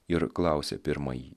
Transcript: ir klausė pirmąjį